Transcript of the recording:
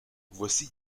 voici